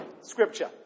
Scripture